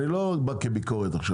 אני לא בא כביקורת עכשיו,